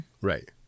right